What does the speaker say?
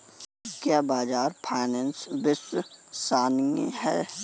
क्या बजाज फाइनेंस विश्वसनीय है?